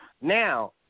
Now